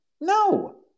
No